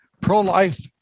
pro-life